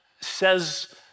says